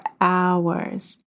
hours